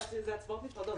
אלה הצבעות נפרדות.